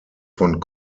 von